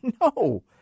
No